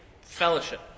fellowship